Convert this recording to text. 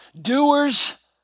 doers